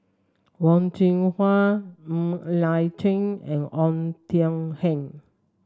Wen Jinhua Ng Liang Chiang and Oei Tiong Ham